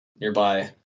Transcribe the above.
nearby